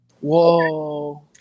Whoa